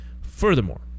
Furthermore